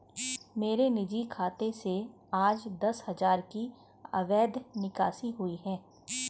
मेरे निजी खाते से आज दस हजार की अवैध निकासी हुई है